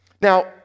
Now